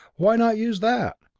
why not use that?